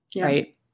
Right